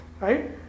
right